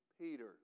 Peter